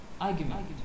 argument